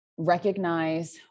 Recognize